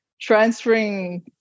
transferring